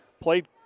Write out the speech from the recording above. Played